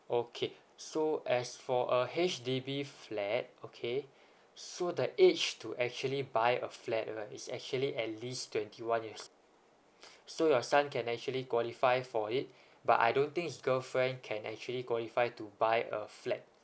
okay so as for a H_D_B flat okay so the age to actually buy a flat right is actually at least twenty one years so your son can actually qualify for it but I don't think his girlfriend can actually qualify to buy a flat